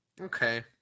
Okay